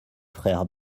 frères